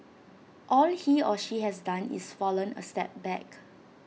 all he or she has done is fallen A step back